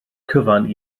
cyfan